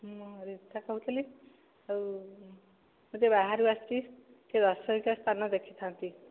ମୁଁ ରିତା କହୁଥିଲି ଆଉ ମୁଁ ଟିକେ ବାହାରୁ ଆସିଛି ଟିକେ ଦର୍ଶନୀୟ ସ୍ଥାନ ଦେଖିଥାନ୍ତି